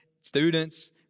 students